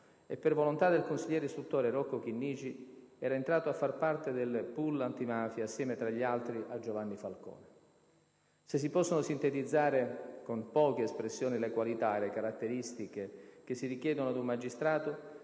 e, per volontà del consigliere istruttore Rocco Chinnici, era entrato a fare parte del *pool* antimafia, assieme, tra gli altri, a Giovanni Falcone. Se si possono sintetizzare con poche espressioni le qualità e le caratteristiche che si richiedono ad un magistrato,